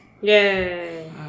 Yay